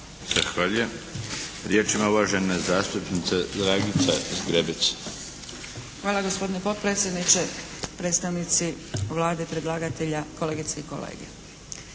Hvala. Gospodine potpredsjedniče, predstavnici Vlade predlagatelja, kolegice i kolege.